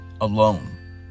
alone